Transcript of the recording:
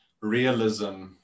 realism